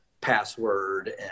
password